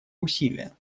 усилия